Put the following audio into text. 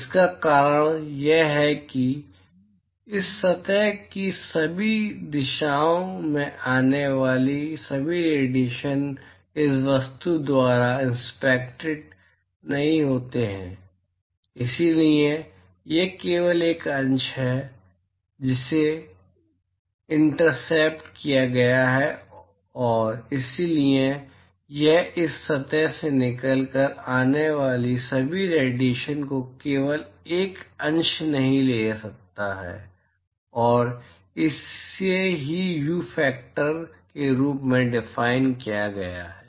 इसका कारण यह है कि इस सतह की सभी दिशाओं में आने वाले सभी रेडिएशन इस वस्तु द्वारा इंटरसेप्टेड नहीं होते हैं इसलिए यह केवल एक अंश है जिसे इंटरसेप्ट किया गया है और इसलिए यह इस सतह से निकलने वाले सभी रेडिएशन को केवल एक अंश नहीं ले सकता है और इसे ही व्यू फैक्टर के रूप में डिफाइन किया गया है